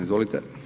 Izvolite.